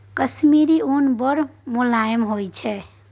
कश्मीरी उन बड़ मोलायम होइ छै